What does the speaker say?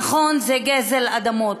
נכון, זה גזל אדמות,